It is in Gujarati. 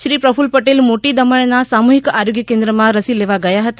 શ્રી પ્રફલ્લ પટેલ મોટી દમણના સામુહીક આરોગ્ય કેન્દ્રમાં રસી લેવા ગયા હતા